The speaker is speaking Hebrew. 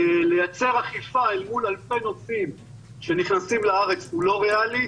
לייצר אכיפה אל מול אלפי נוסעים שנכנסים לארץ זה לא ריאלי.